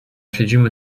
siedzimy